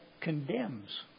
condemns